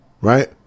Right